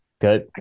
Good